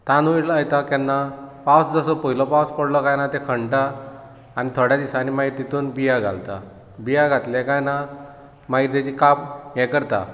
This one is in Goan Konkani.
तांदूळ लायता केन्ना पावस जसो पयलो पावस पडलो कांय ना तें खणटा आनी थोडे दिसांनी मागीर तेतून बियां घालता बियां घातले कांय ना मागीर तेची काप हें करता